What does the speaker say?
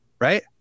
Right